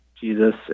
Jesus